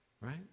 Right